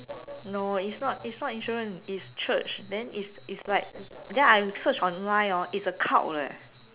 no it's not it's not insurance it's church then it's it's like then I search online hor it's a cult leh